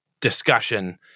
discussion